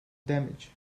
damage